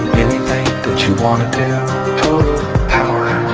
anything that you want to do, total power.